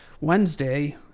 wednesday